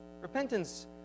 Repentance